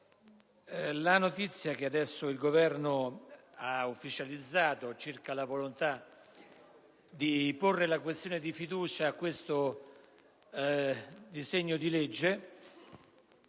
la notizia che adesso il Governo ha ufficializzato, circa la volontà di porre la questione di fiducia a questo disegno di legge,